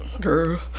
Girl